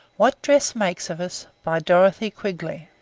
what dress makes of us by dorothy quigley